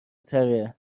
تره